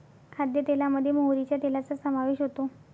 खाद्यतेलामध्ये मोहरीच्या तेलाचा समावेश होतो